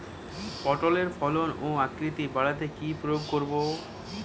পটলের ফলন ও আকৃতি বাড়াতে কি প্রয়োগ করব?